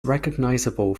recognizable